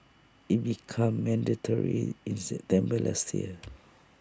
IT became mandatory in September last year